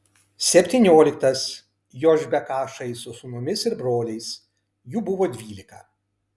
septynioliktas jošbekašai su sūnumis ir broliais jų buvo dvylika